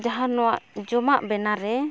ᱡᱟᱦᱟᱸ ᱱᱚᱣᱟ ᱡᱚᱢᱟᱜ ᱵᱮᱱᱟᱣ ᱨᱮ